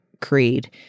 Creed